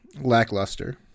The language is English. lackluster